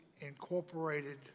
incorporated